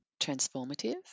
transformative